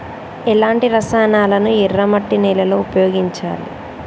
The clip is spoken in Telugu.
ఎలాంటి రసాయనాలను ఎర్ర మట్టి నేల లో ఉపయోగించాలి?